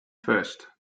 first